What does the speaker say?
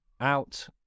Out